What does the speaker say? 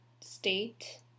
state